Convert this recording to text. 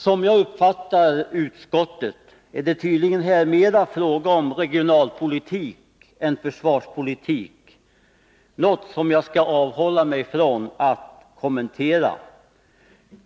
Som jag uppfattar utskottet är det tydligen här mera fråga om regionalpolitik än försvarspolitik, något som jag skall avhålla mig från att kommentera.